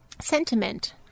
sentiment